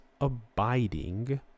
abiding